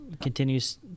continues